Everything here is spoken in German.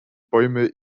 bäume